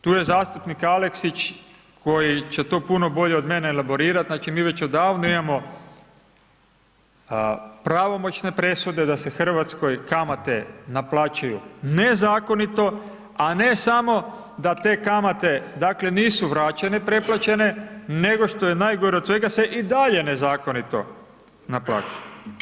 Tu je zastupnik Aleksić, koji će to puno bolje od mene elaborirati znači mi već odavno imamo pravomoćne presude, da se Hrvatskoj, kamate naplaćuju nezakonito, a ne samo da te kamate dakle, nisu vraćene preplaćene, nego što je najgore od svega se i dalje nezakonito naplaćuju.